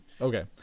Okay